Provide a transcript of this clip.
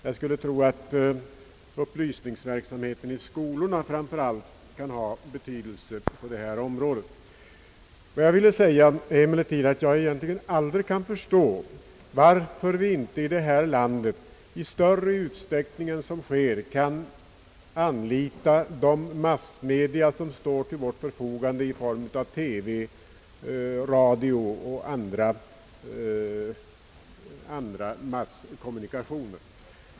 Jag skulle tro att upplysningsverksamheten framför allt i skolorna kan ha stor betydelse. Vad jag emellertid aldrig förstått är att vi inte i större utsträckning än vad som sker anlitar de massmedia som står till vårt förfogande i form av TV, radio och andra masskommunikationer.